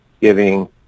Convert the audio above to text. giving